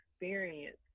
experience